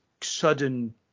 sudden